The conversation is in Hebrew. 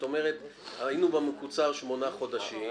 את אומרת היינו במקוצר שמונה חודשים,